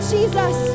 Jesus